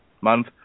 month